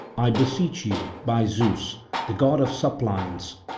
i beseech you by zeus the god of suppliants,